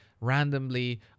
randomly